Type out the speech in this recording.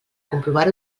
comprovar